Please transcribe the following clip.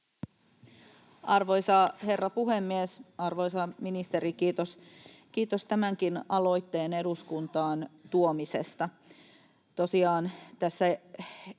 Arvoisa herra puhemies! Arvoisa ministeri, kiitos tämänkin aloitteen eduskuntaan tuomisesta.